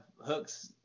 hooks